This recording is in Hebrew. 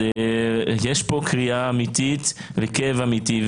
יש פה קריה אמיתי וכאב אמיתי,